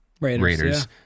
Raiders